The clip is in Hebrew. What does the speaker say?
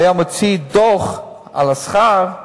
הוא היה מוציא דוח על השכר,